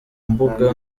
mbuga